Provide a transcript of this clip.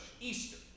Easter